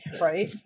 Right